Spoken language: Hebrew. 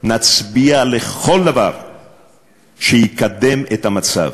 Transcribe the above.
נצביע לכל דבר שיקדם את המצב.